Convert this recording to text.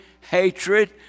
hatred